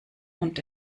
und